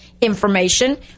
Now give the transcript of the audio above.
information